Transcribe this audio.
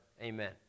Amen